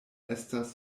estas